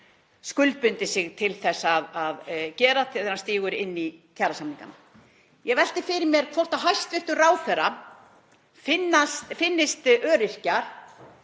skuldbundið sig til þess að gera þegar ríkið stígur inn í kjarasamningana. Ég velti fyrir mér hvort hæstv. ráðherra finnist öryrkjar